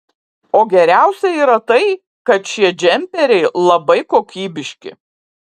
o geriausia yra tai kad šie džemperiai labai kokybiški